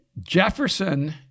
Jefferson